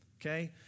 Okay